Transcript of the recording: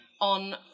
on